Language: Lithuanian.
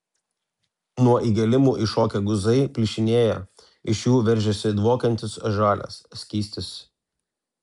nuo įgėlimų iššokę guzai plyšinėja iš jų veržiasi dvokiantis žalias skystis